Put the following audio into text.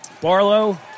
Barlow